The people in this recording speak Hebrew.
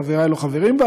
חברי היו חברים בה,